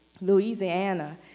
Louisiana